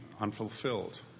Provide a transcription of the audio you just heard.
unfulfilled